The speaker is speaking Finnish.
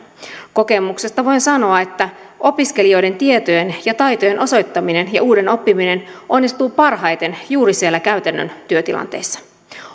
kokemuksesta voin sanoa että opiskelijoiden tietojen ja taitojen osoittaminen ja uuden oppiminen onnistuu parhaiten juuri siellä käytännön työtilanteissa